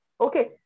okay